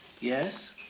yes